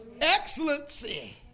Excellency